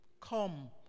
Come